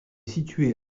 situé